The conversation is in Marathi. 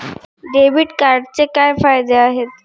डेबिट कार्डचे काय फायदे आहेत?